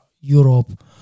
europe